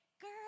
girl